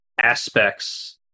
aspects